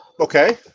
Okay